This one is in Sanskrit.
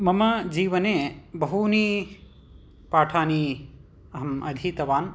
मम जीवने बहूनि पाठानि अहम् अधीतवान्